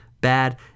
bad